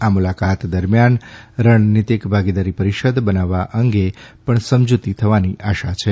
આ મુલાકાત દરમ્યાન રણનીતિક ભાગીદારી પરિષદ બનાવવા અંગે પણ સમજૂતી થવાની આશા છે